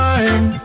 Time